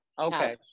Okay